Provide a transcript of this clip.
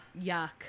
Yuck